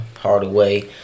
Hardaway